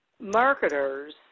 marketers